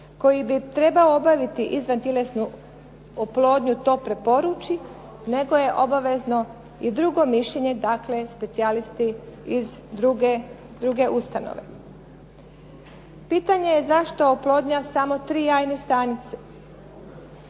koji bi trebao obaviti izvantjelesnu oplodnju to preporuči, nego je obavezno i drugo mišljenje, dakle specijalista iz druge ustanove. Pitanje je zašto oplodnja samo tri jajne stanice?